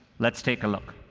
let's take a look.